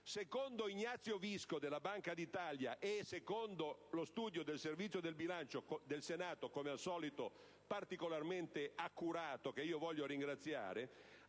Secondo Ignazio Visco della Banca d'Italia e secondo lo studio del Servizio del bilancio del Senato - come al solito particolarmente accurato, e di questo lo ringrazio